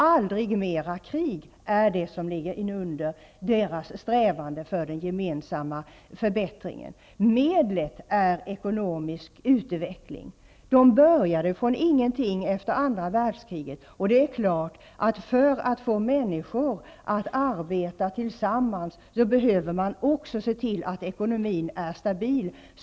Aldrig mera krig är det som ligger inunder deras strävanden för den gemensamma förbättringen. Medlet är ekonomisk utveckling. De började från ingenting efter andra världskriget. För att få människor att arbeta tillsammans behöver man självfallet också se till att ekonomin är stabil.